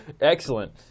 Excellent